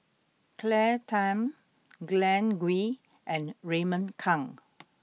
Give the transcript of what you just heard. Claire Tham Glen Goei and Raymond Kang